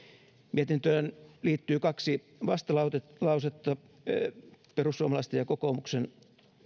mietintöön liittyy kaksi vastalausetta perussuomalaisten ja kokoomuksen